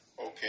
Okay